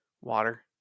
Water